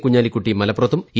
കുഞ്ഞാലിക്കുട്ടി മലപ്പുറത്തും ഇ